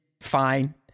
fine